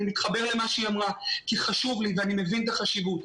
אני מתחבר למה שהיא אמרה כי חשוב לי ואני מבין את החשיבות.